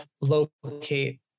locate